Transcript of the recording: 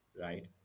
right